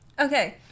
okay